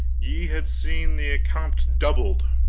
ye had seen the accompt doubled.